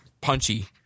punchy